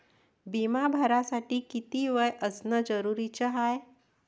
बिमा भरासाठी किती वय असनं जरुरीच हाय?